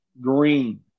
Green